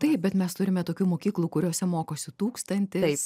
taip bet mes turime tokių mokyklų kuriose mokosi tūkstantis